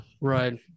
Right